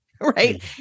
Right